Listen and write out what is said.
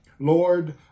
Lord